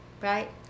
right